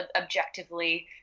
objectively